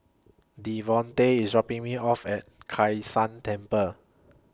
Devonte IS dropping Me off At Kai San Temple